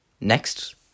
next